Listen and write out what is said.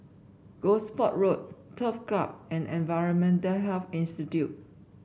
Gosport Road Turf Club and Environmental Health Institute